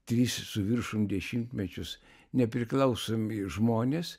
trys su viršum dešimtmečius nepriklausomi žmonės